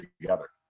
together